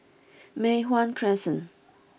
Mei Hwan Crescent